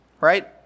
right